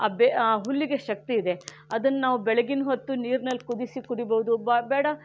ಆ ಬೇ ಆ ಹುಲ್ಲಿಗೆ ಶಕ್ತಿ ಇದೆ ಅದನ್ನು ನಾವು ಬೆಳಗ್ಗಿನ ಹೊತ್ತು ನೀರಿನಲ್ಲಿ ಕುದಿಸಿ ಕುಡಿಬೋದು ಬ ಬೇಡ